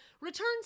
returns